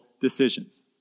decisions